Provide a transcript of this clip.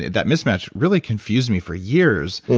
that mismatch really confused me for years.